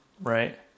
right